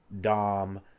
Dom